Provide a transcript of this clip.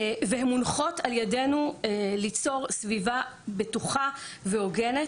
והן מונחות על ידינו ליצור סביבה בטוחה והוגנת,